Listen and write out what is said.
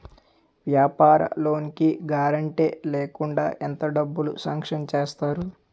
వ్యాపార లోన్ కి గారంటే లేకుండా ఎంత డబ్బులు సాంక్షన్ చేస్తారు?